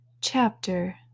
Chapter